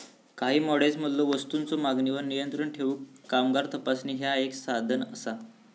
काही मॉडेल्समधलो वस्तूंच्यो मागणीवर नियंत्रण ठेवूक कामगार तपासणी ह्या एक साधन असा